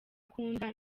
akunda